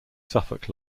suffolk